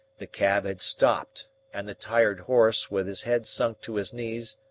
the cab had stopped and the tired horse, with his head sunk to his knees,